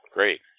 Great